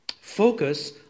focus